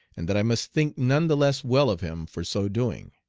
and that i must think none the less well of him for so doing.